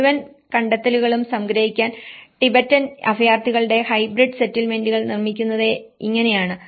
മുഴുവൻ കണ്ടെത്തലുകളും സംഗ്രഹിക്കാൻ ടിബറ്റൻ അഭയാർത്ഥികളുടെ ഹൈബ്രിഡ് സെറ്റിൽമെന്റുകൾ നിർമ്മിക്കുന്നത് ഇങ്ങനെയാണ്